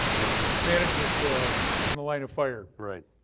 you know management in the line of fire. right.